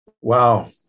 Wow